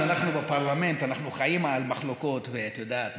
אנחנו בפרלמנט, אנחנו חיים על מחלוקות, את יודעת.